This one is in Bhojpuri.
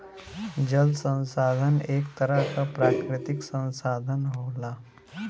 जल संसाधन एक तरह क प्राकृतिक संसाधन होला